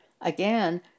Again